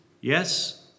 yes